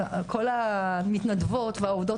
כל המתנדבות והעובדות,